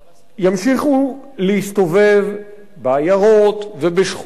ימשיכו להסתובב בעיירות ובשכונות,